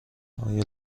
آیا